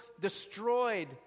destroyed